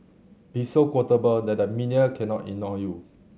be so quotable that the media cannot ignore you